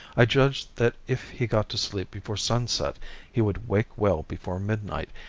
i judged that if he got to sleep before sunset he would wake well before midnight,